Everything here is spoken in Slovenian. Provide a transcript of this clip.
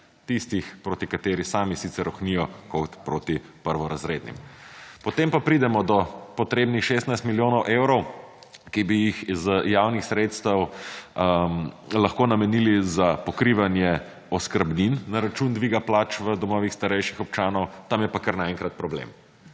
tistih proti katerih sami sicer rohnijo kot proti prvorazrednim, potem pa pridemo do potrebnih 16 milijonov evrov, ki bi jih z javnih sredstev lahko namenili za pokrivanje oskrbnin na račun dviga plač v domovih starejših občanov tam je pa kar na enkrat problem.